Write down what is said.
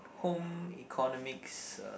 home economics uh